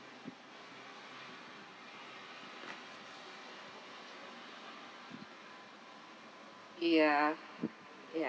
ya ya